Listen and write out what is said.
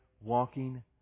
walking